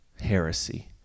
heresy